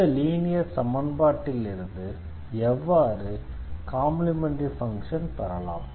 இந்த லீனியர் சமன்பாட்டிலிருந்து எவ்வாறு காம்ப்ளிமெண்டரி ஃபங்ஷன் பெறலாம்